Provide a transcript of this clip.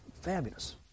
Fabulous